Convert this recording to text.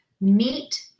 meet